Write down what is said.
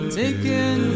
taken